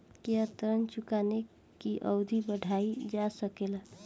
क्या ऋण चुकाने की अवधि बढ़ाईल जा सकेला?